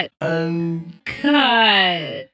Uncut